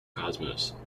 cosmos